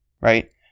right